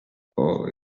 all